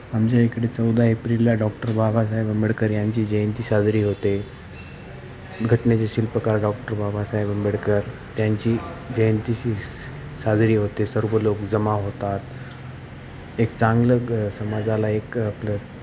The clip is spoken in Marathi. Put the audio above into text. आमच्या इकडे चौदा एप्रिलला डॉक्टर बाबासाहेब आंबेडकर यांची जयंती साजरी होते घटनेचे शिल्पकार डॉक्टर बाबासाहेब आंबेडकर त्यांची जयंतीची साजरी होते सर्व लोक जमा होतात एक चांगलं ग समाजाला एक आपलं